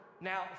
Now